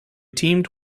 teamed